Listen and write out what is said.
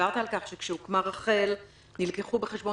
דיברת על כך שכאשר הוקמה רח"ל נלקחו בחשבון